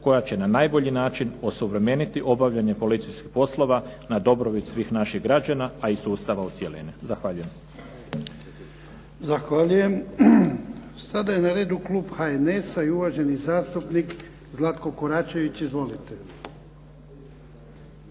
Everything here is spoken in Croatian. koja će na najbolji način osuvremeniti obavljanje policijskih poslova na dobrobit svih naših građana a i sustava u cjelini. Zahvaljujem. **Jarnjak, Ivan (HDZ)** Zahvaljujem. Sada je na redu klub HNS-a i uvaženi zastupnik Zlatko Koračević. Izvolite.